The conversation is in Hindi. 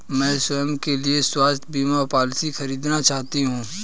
मैं स्वयं के लिए स्वास्थ्य बीमा पॉलिसी खरीदना चाहती हूं